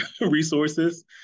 resources